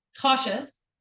cautious